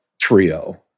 trio